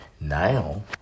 Now